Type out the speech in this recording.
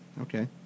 Okay